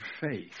faith